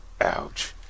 Ouch